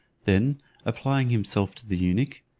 then applying himself to the eunuch,